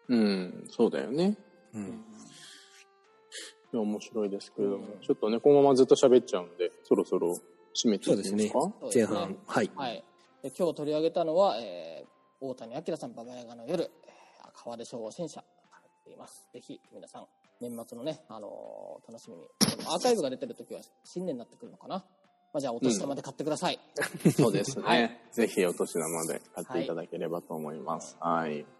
うん、そうだよね。うん。いや、面白いですけれども。ちょっとね、このままずっと喋っちゃうんで、そろそろ締めていきますか？そうですね。前半。そうですね。はい。はい。で、今日取り上げたのは、えー、王谷晶さん、ババヤガの夜、えー、河出書房新社が入っています。ぜひ皆さん、年末のね、あのー、楽しみに。でもアーカイブが出てる時は新年になってくるのかな？まあ、じゃあ、お年玉うん。で買ってください。そうですね。はい。ぜひお年玉で買っていただければと思います。はい。はい。